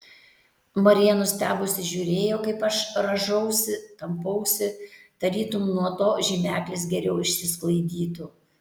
marija nustebusi žiūrėjo kaip aš rąžausi tampausi tarytum nuo to žymeklis geriau išsisklaidytų